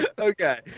Okay